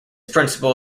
principle